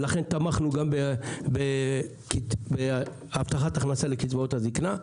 ולכן תמכנו גם בהבטחת הכנסה לקצבאות הזקנה.